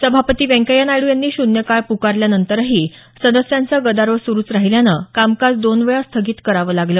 सभापती व्यंकय्या नायडू यांनी शून्य काळ पुकारल्या नंतरही सदस्यांचा गदारोळ सुरुच राहिल्यानं कामकाज दोन वेळा स्थगित करावं लागलं